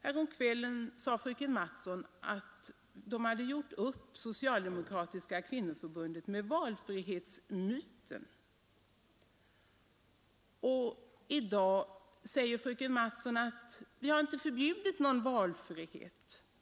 Häromkvällen sade fröken Mattson att Socialdemokratiska kvinnoförbundet hade gjort upp med valfrihetsmyten, och i dag säger fröken Mattson: Vi har inte förbjudit någon valfrihet.